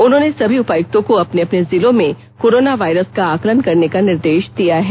उन्होंने सभी उपायुक्तों को अपने अपने जिलों में कोरोना वायरस का आकलन करने का निर्देष दिया है